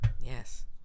Yes